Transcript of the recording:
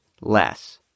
less